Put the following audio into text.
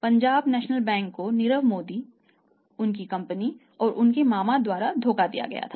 Punjab national bank को नीरव मोदी उनकी company और उनके मामा द्वारा धोखा दिया गया था